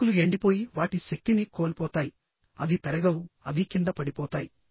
ఆకులు ఎండిపోయి వాటి శక్తిని కోల్పోతాయి అవి పెరగవు అవి కింద పడిపోతాయి